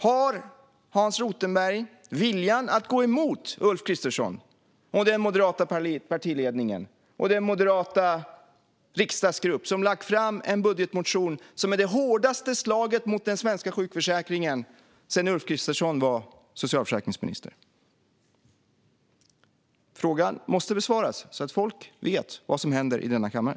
Har Hans Rothenberg viljan att gå emot Ulf Kristersson, den moderata partiledningen och den moderata riksdagsgrupp som har lagt fram en budgetmotion som är det hårdaste slaget mot den svenska sjukförsäkringen sedan Ulf Kristersson var socialförsäkringsminister? Frågan måste besvaras, så att folk vet vad som händer i denna kammare.